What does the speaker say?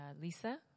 Lisa